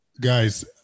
Guys